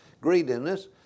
greediness